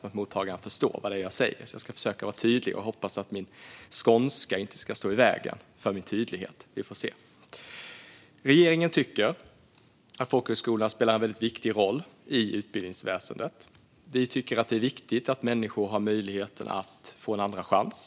Jag ska alltså försöka att vara tydlig och hoppas att min skånska inte ska stå i vägen för min tydlighet. Vi får se. Regeringen tycker att folkhögskolorna spelar en väldigt viktig roll i utbildningsväsendet. Vi tycker att det är viktigt att människor har möjlighet att få en andra chans.